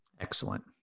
Excellent